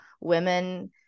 women